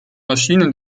maschinen